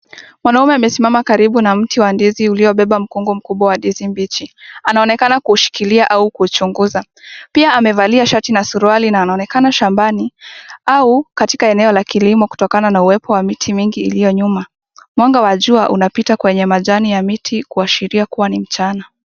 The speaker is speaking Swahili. Mwanaume amesimama karibu na mti wa ndizi uliobeba mkungu mkubwa wa ndizi mbichi. Anaonekana kuushikilia au kuuchunguza. Pia amevalia shati na suruali, na anaonekana shambani au katika eneo la kilimo kutokana na uwepo wa miti mingi iliyo nyuma. Mwanga wa jua unapita kwenye majani ya miti kuashiria kua ni mchana.